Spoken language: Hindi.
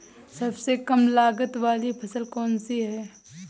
सबसे कम लागत वाली फसल कौन सी है?